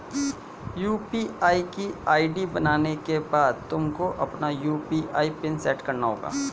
UPI की ID बनाने के बाद तुमको अपना यू.पी.आई पिन सैट करना होगा